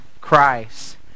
Christ